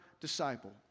disciple